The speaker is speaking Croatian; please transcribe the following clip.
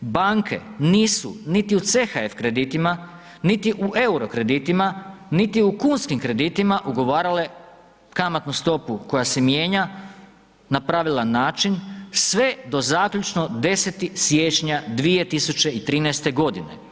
Banke nisu niti u CHF kreditima niti u euro kreditima, niti u kunskim kreditima ugovarale kamatnu stopu koja se mijenja na pravilan način sve do zaključno 10. siječnja 2013. godine.